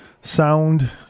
sound